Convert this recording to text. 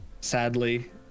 sadly